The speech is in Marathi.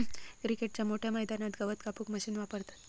क्रिकेटच्या मोठ्या मैदानात गवत कापूक मशीन वापरतत